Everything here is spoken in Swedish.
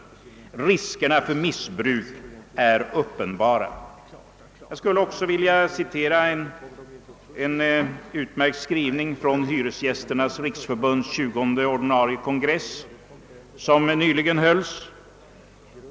Riskerna för missbruk är uppenbara.» Jag skulle också vilja citera en utmärkt skrivning från Hyresgästernas riksförbunds tjugonde ordinarie kongress som nyligen hållits.